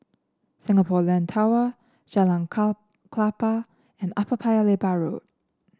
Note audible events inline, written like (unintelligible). Singapore Land Tower Jalan (unintelligible) Klapa and Upper Paya Lebar Road